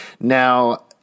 Now